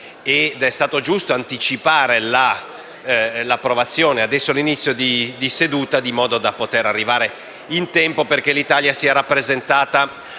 È stato giusto anticipare l'approvazione del provvedimento all'inizio di seduta, in modo da poter arrivare in tempo perché l'Italia sia rappresentata